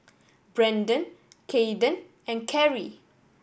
Brendan Kaeden and Carry